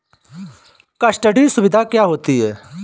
Custody सुविधा क्या होती है?